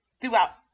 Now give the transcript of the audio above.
throughout